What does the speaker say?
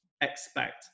expect